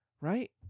right